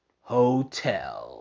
Hotel